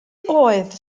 oedd